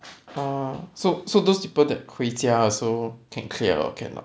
!huh! so so those people that 回家的时候 can clear or not can not